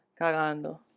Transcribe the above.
cagando